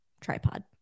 tripod